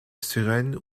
suresnes